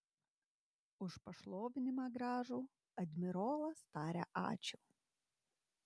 už pašlovinimą gražų admirolas taria ačiū